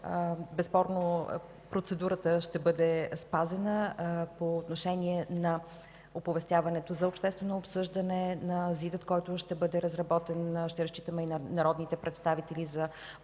безспорно процедурата ще бъде спазена по отношение на оповестяването за обществено обсъждане на Законопроекта. Ще разчитаме и на народните представители за